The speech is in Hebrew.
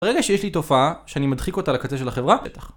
ברגע שיש לי תופעה, שאני מדחיק אותה לקצה של החברה? בטח.